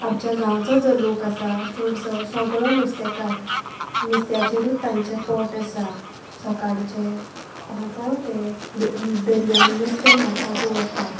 आमच्या गांवचो जो लोक आसा चडसो सगलो नुस्तेकार नुस्त्याचेरूच तांचें पोट आसा सोकाडचें पांचांक ते दर्यान नुस्तें मारपाक वता